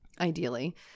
Ideally